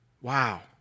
Wow